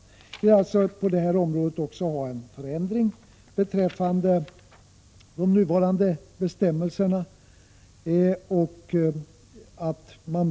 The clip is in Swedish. Vpk vill alltså att det skall ske en ändring av de nuvarande bestämmelserna.